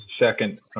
second